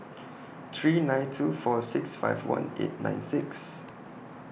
three nine two four six five one eight nine six